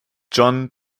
john